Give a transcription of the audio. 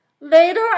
Later